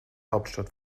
hauptstadt